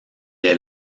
est